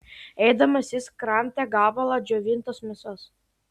eidamas jis kramtė gabalą džiovintos mėsos